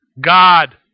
God